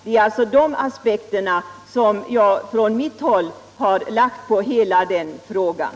Det är sådana aspekter som jag för min del har lagt på hela den här frågan.